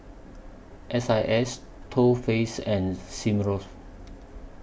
S I S Too Faced and Smirnoff